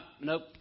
Nope